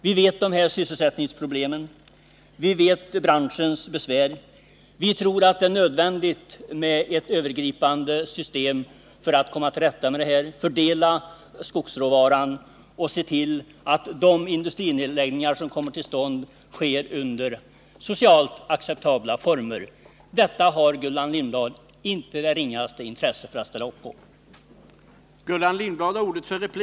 Vi vet om sysselsättningsproblemen, vi känner till branschens besvär och vi tror att det är nödvändigt med ett övergripande system för att komma till rätta med problemet, för att fördela skogsråvaran och se till att de industrinedläggningar som kommer till stånd sker under socialt acceptabla former. Detta har inte Gullan Lindblad det ringaste intresse att ställa upp på.